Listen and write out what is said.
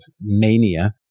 mania